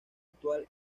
actual